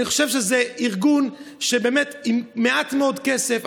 אני חושב שזה ארגון שבאמת עם מעט מאוד כסף,